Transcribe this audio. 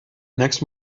next